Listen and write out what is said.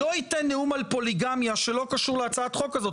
לא ייתן נאום על פוליגמיה שלא קשור להצעת החוק הזו.